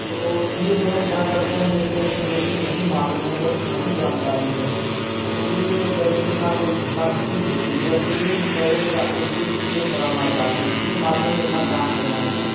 तो ये जो है क्या करते हैं जैसे इनको जो चीज नहीं मालूम है नो नहीं जानकारी है तो ये जब इनके साथ कोई घटना घटित होती है तो ये एक प्रकार से समझिए किसी को पकड़ना चाहते हैं किसी भी माध्यम से अपना काम करवाना चाहते हैं